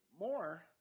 more